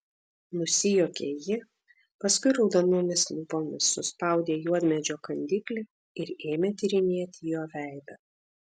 nusijuokė ji paskui raudonomis lūpomis suspaudė juodmedžio kandiklį ir ėmė tyrinėti jo veidą